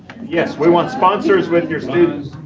yes, we want sponsors with your students.